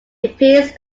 appears